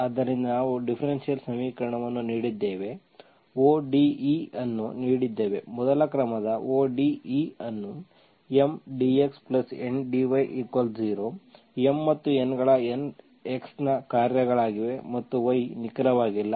ಆದ್ದರಿಂದ ನಾವು ಡಿಫರೆನ್ಷಿಯಲ್ ಸಮೀಕರಣವನ್ನು ನೀಡಿದ್ದೇವೆ ODE ಅನ್ನು ನೀಡಿದ್ದೇವೆ ಮೊದಲ ಕ್ರಮದ ODE ಅನ್ನು M dxN dy0 M ಮತ್ತು N ಗಳು x ನ ಕಾರ್ಯಗಳಾಗಿವೆ ಮತ್ತು y ನಿಖರವಾಗಿಲ್ಲ